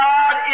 God